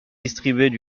distribuaient